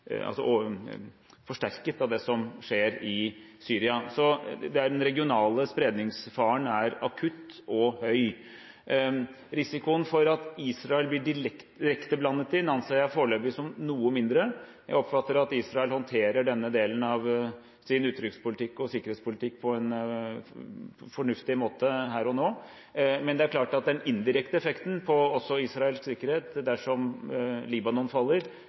forsterket av det som skjer i Syria. Den regionale spredningsfaren er akutt og høy, og risikoen for at Israel vil bli direkte blandet inn, anser jeg foreløpig som noe mindre. Jeg oppfatter at Israel håndterer denne delen av sin utenriks- og sikkerhetspolitikk på en fornuftig måte her og nå. Men det er klart at den indirekte effekten på også Israels sikkerhet om Libanon faller,